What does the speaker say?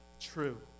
True